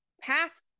past